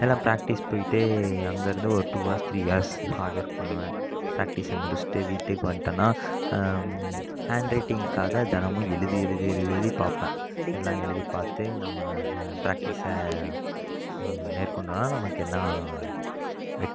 எல்லாம் பிராக்ட்டிஸ் போயிட்டே அங்கே இருந்து ஒரு two hours three hours hard work பண்ணுவேன் பிராக்ட்டிஸை முடிச்சுட்டு வீட்டுக்கு வந்துடனா ஹாண்ட் ரைட்டிங்காக தினமும் எழுதி எழுதி எழுதி பார்ப்பேன் எல்லாம் எழுதி பார்த்து நம்ம பிராக்டிஸை மேற்கொண்டோம்ன்னா நமக்கு எல்லாம் வெற்றி